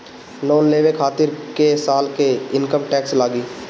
Loan लेवे खातिर कै साल के इनकम टैक्स लागी?